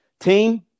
team